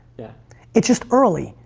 yeah it's just early,